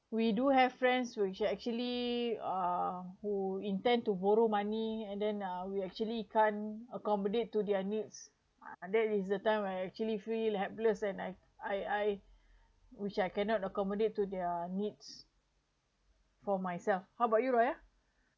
we do have friends you should actually uh who intend to borrow money and then uh we actually can’t accommodate to their needs and that is the time I actually feel helpless and I I I which I cannot accommodate to their needs for myself how about you raya